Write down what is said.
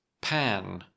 pan